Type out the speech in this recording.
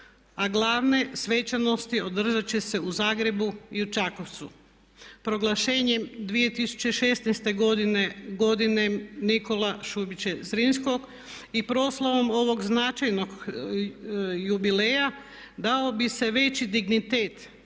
a glavne svečanosti održat će se u Zagrebu i u Čakovcu. Proglašenjem 2016. godine godinom Nikole Šubića Zrinskog i proslavom ovog značajnog jubileja dao bi se veći dignitet